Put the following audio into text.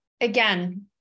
again